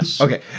Okay